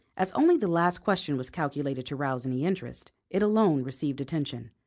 as only the last question was calculated to rouse any interest, it alone received attention.